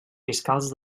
fiscals